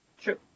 True